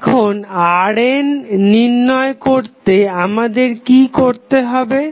এখন RN নির্ণয় করতে আমাদের কি করতে হবে